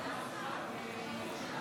הטבעית עבור נאשמים